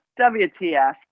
WTF